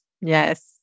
Yes